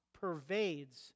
pervades